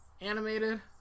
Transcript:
Animated